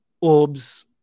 orbs